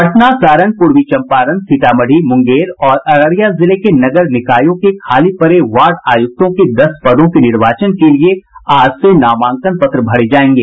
पटना सारण पूर्वी चम्पारण सीतामढ़ी मुंगेर और अररिया जिले के नगर निकायों के खाली पड़े वार्ड आयुक्तों के दस पदों के निर्वाचन के लिए आज से नामांकन पत्र भरे जायेंगे